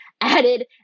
added